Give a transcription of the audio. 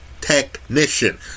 technician